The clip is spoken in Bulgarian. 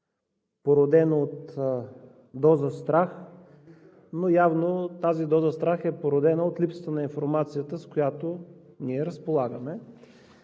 породено от доза страх, но явно тази доза страх е породена от липсата на информацията, с която ние разполагаме.